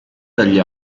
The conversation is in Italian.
dagli